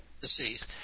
Deceased